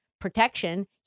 protection